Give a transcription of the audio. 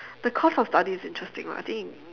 the course of study is interesting lah I think